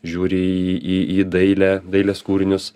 žiūri į į į dailę dailės kūrinius